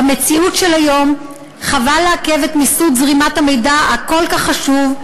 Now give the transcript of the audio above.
במציאות של היום חבל לעכב את מיסוד זרימת המידע הכל-כך חשוב,